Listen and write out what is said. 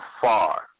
far